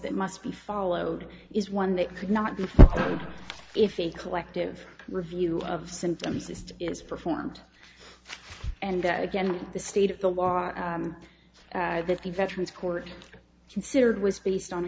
that must be followed is one they could not do if a collective review of symptoms is is performed and that again the state of the law that the veterans court considered was based on